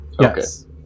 Yes